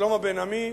שלמה בן-עמי,